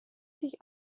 sich